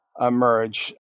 emerge